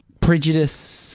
prejudice